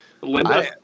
Linda